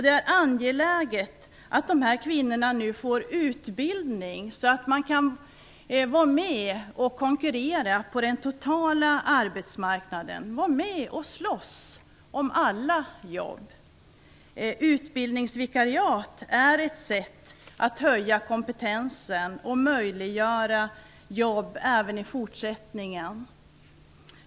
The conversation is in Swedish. Det är angeläget att dessa kvinnor nu får utbildning, så att de kan vara med och konkurrera på den totala arbetsmarknaden, vara med och slåss om alla jobb. Utbildningsvikariat är ett sätt att höja kompetensen och skapa jobb även i fortsättningen.